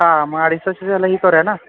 हां मग अडीच तासाचं ह्याला ही करूया ना